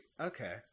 okay